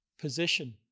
position